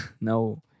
No